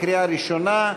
קריאה ראשונה.